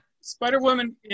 Spider-Woman